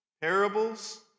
parables